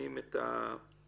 שממנים את התובעים